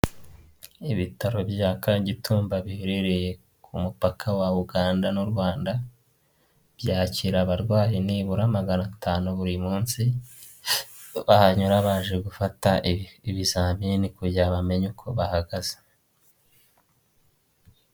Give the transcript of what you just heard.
Ibitaro bya Kagitumba biherereye ku mupaka wa Uganda n'u Rwanda, byakira abarwayi nibura magana atanu buri munsi, bahanyura baje gufata ibizamini kugira bamenye uko bahagaze.